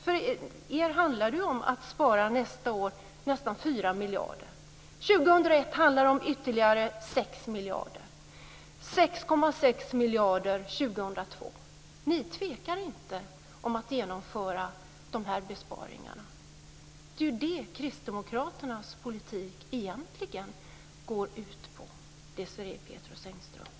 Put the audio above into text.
För er handlar det om att nästa år spara nästan 4 miljarder. År 2001 handlar det om ytterligare 6 miljarder, och 6,6 miljarder år 2002. Ni tvekar inte att genomföra de besparingarna. Det är vad kristdemokraternas politik egentligen går ut på, Desirée Pethrus